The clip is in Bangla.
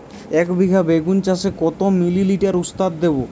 একবিঘা বেগুন চাষে কত মিলি লিটার ওস্তাদ দেবো?